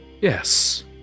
yes